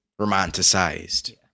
Romanticized